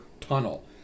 tunnel